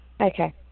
Okay